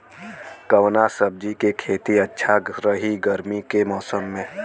कवना सब्जी के खेती अच्छा रही गर्मी के मौसम में?